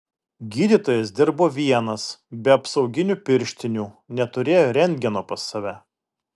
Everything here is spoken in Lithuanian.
gydytojas dirbo vienas be apsauginių pirštinių neturėjo rentgeno pas save